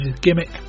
gimmick